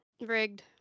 Rigged